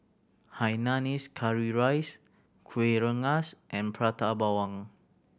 hainanese curry rice Kueh Rengas and Prata Bawang